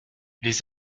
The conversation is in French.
les